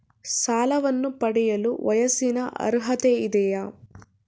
ಸಾಲವನ್ನು ಪಡೆಯಲು ವಯಸ್ಸಿನ ಅರ್ಹತೆ ಇದೆಯಾ?